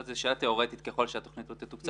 זאת שאלה תיאורטית, ככל שהתוכנית לא תתוקצב.